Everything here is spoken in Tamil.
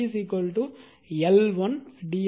எனவே v L1 d i dt M